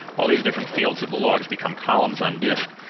all these different fields of the logs become columns on disk.